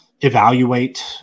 evaluate